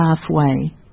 halfway